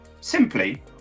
Simply